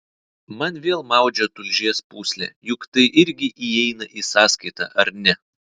man vėl maudžia tulžies pūslę juk tai irgi įeina į sąskaitą ar ne